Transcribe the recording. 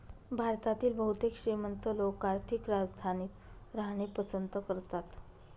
भारतातील बहुतेक श्रीमंत लोक आर्थिक राजधानीत राहणे पसंत करतात